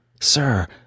Sir